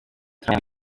turi